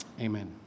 Amen